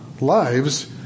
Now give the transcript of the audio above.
lives